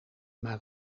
maar